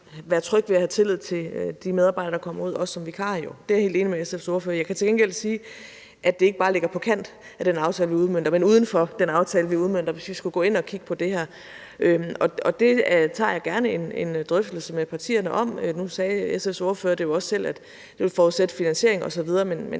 være tryg ved og have tillid til, altså de medarbejdere, der kommer ud, også som vikarer. Det er jeg helt enig med SF's ordfører i. Jeg kan til gengæld sige, at det ikke bare ligger på kanten af den aftale, vi udmønter, men uden for den aftale, vi udmønter, hvis vi skulle gå ind at kigge på det her. Nu sagde SF's ordfører jo også selv, at det ville forudsætte finansiering osv., og